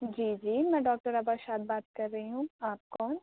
جی جی میں ڈاکٹر عبا شاد بات کر رہی آپ کون